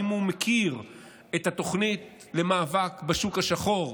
אם הוא מכיר את התוכנית למאבק בשוק השחור,